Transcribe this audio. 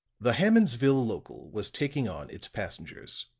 the hammondsville local was taking on its passengers.